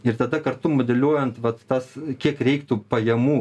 ir tada kartu modeliuojant vat tas kiek reiktų pajamų